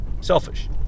selfish